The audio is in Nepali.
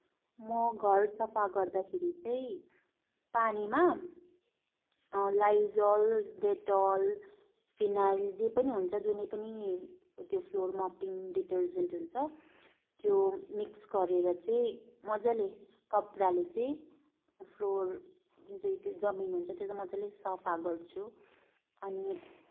म घर सफा गर्दाखेरि चाहिँ पानीमा लाइजोल डेटोल फिनाइल जे पनि हुन्छ जुनै पनि उत्यो फ्लोर मोपिंग डिटर्जेन्ट हुन्छ त्यो मिक्स गरेर चाहिँ मजाले कपडाले चाहिँ फ्लोर जुन चाहिँ त्यो जमिन हुन्छ त्यो चाहिँ मजाले सफा गर्छु अनि